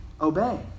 obey